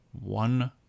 one